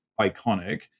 iconic